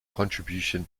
contribution